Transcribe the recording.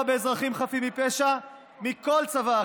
באזרחים חפים מפשע יותר מכל צבא אחר.